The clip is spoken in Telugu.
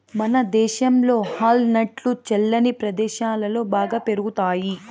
మనదేశంలో వాల్ నట్లు చల్లని ప్రదేశాలలో బాగా పెరుగుతాయి